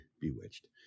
Bewitched